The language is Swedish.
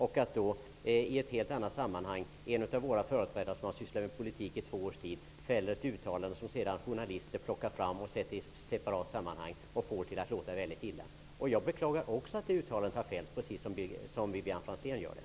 Det är inte så konstigt att en av Ny demokratis företrädare, som sysslat med politik i två års tid, fäller ett uttalande som sedan journalister plockar ur sitt sammanhang och får att låta väldigt illa. Jag beklagar, precis som Vivanne Franzén, att uttalandet fälldes.